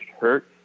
hurt